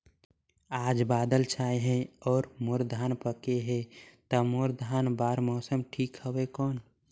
आज बादल छाय हे अउर मोर धान पके हे ता मोर धान बार मौसम ठीक हवय कौन?